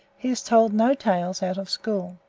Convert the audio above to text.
he has told no tales out of school.